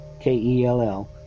K-E-L-L